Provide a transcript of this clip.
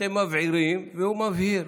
אתם מבעירים והוא מבהיר.